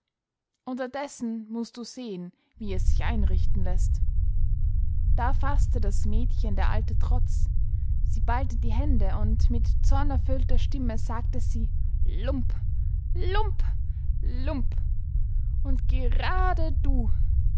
unterdessen mußt du sehen wie es sich einrichten läßt da faßte das mädchen der alte trotz sie ballte die hände und mit zornerfüllter stimme sagte sie lump lump lump und gerade du